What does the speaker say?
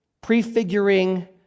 prefiguring